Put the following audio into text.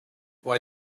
why